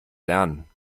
lernen